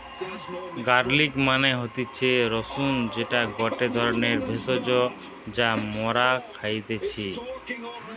garlic মানে হতিছে রসুন যেটা গটে ধরণের ভেষজ যা মরা খাইতেছি